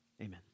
amen